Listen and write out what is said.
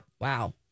Wow